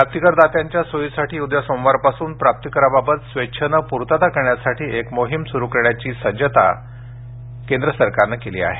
प्राप्तीकर दात्यांच्या सोयीसाठी उद्या सोमवारपासून प्राप्तीकराबाबत स्वेच्छेने पूर्तता करण्यासाठी एक मोहिम सुरु करण्याची सज्जता केली आहे